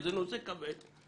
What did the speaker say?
שזה נושא כבד.